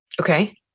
Okay